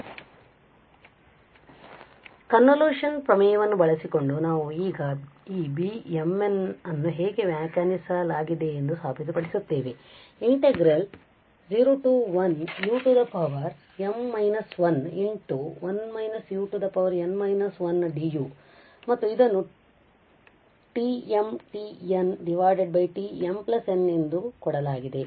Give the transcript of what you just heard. √1 2 1 ಆದ್ದರಿಂದ ಕನ್ವೋಲ್ಯೂಶನ್ ಪ್ರಮೇಯವನ್ನು ಬಳಸಿಕೊಂಡು ನಾವು ಈಗ ಈ Β m n ಅನ್ನು ಹೀಗೆ ವ್ಯಾಖ್ಯಾನಿಸಲಾಗಿದೆ ಎಂದು ಸಾಬೀತುಪಡಿಸುತ್ತೇವೆ 01 u m−1 1 − u n−1 du ಮತ್ತು ಇದನ್ನು ΓΓ Γmn ಎಂದು ಕೊಡಲಾಗಿದೆ